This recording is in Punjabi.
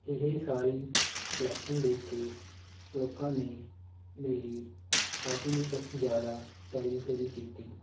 ਇਹ ਸਾਰੀ ਕਲੈਕਸ਼ਨ ਦੇਖ ਕੇ ਲੋਕਾਂ ਨੇ ਮੇਰੀ ਕਾਫੀ ਵ ਜ਼ਿਆਦਾ ਤਾਰੀਫ ਵੀ ਕੀਤੀ